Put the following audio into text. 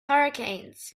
hurricanes